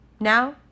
Now